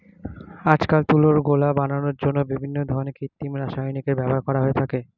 আজকাল তুলোর গোলা বানানোর জন্য বিভিন্ন ধরনের কৃত্রিম রাসায়নিকের ব্যবহার করা হয়ে থাকে